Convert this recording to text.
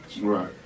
Right